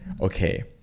Okay